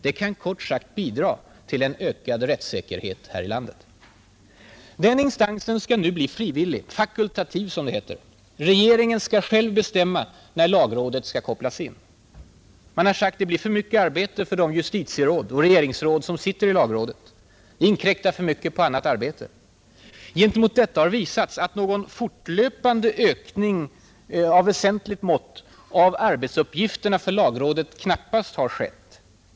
Det kan kort sagt bidra till en ökad rättssäkerhet här i landet. Den instansen skall nu bli frivillig — fakultativ, som det heter. Regeringen skall själv bestämma när lagrådet skall kopplas in. Man har sagt: Det blir för mycket arbete för de justitieråd och regeringsråd som sitter i lagrådet. Det inkräktar för mycket på annat arbete. — Gentemot detta har visats att någon fortlöpande ökning av väsentligt slag av arbetsuppgifterna för lagrådet knappast har skett.